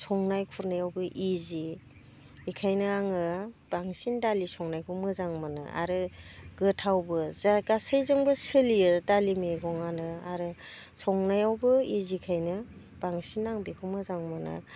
संनाय खुरनायावबो इजि एखायनो आङो बांसिन दालि संनायखौ मोजां मोनो आरो गोथावबो जा गासैजोंबो सोलियो दालि मैगङानो आरो संनायावबो इजिखायनो बांसिन आं बेखौ मोजां मोनो